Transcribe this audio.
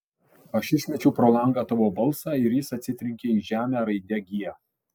aš išmečiau pro langą tavo balsą ir jis atsitrenkė į žemę raide g